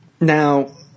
Now